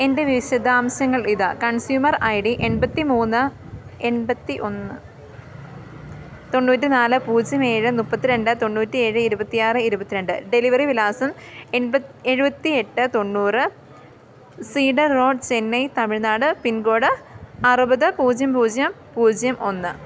എൻ്റെ വിശദാംശങ്ങൾ ഇതാ കൺസ്യൂമർ ഐ ഡി എമ്പത്തിമൂന്ന് എമ്പത്തിഒന്ന് തൊണ്ണൂറ്റി നാല് പൂജ്യം ഏഴ് മുപ്പത്തിരണ്ട് തൊണ്ണൂറ്റി ഏഴ് ഇരുപത്തിയാറ് ഇരുപത്തിരണ്ട് ഡെലിവറി വിലാസം എഴുപത്തി എട്ട് തൊണ്ണൂറ് cedar road Chennai Tamil Nadu pincode അറുപത് പൂജ്യം പൂജ്യം പൂജ്യം ഒന്ന്